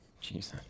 Jesus